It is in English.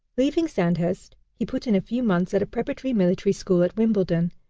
leaving sandhurst, he put in a few months at a preparatory military school at wimbledon,